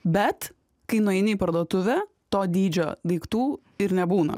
bet kai nueini į parduotuvę to dydžio daiktų ir nebūna